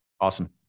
Awesome